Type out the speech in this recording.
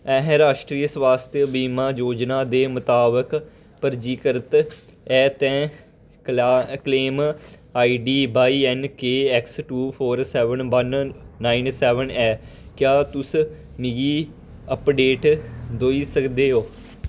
एह् राश्ट्रीय स्वास्थ्य बीमा योजना दे मताबक परजीकृत ऐ ते claim I D Y N K X two four seven one nine seven ऐ क्या तुस मिगी अपडेट दोई सकदे ओ